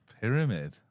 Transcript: Pyramid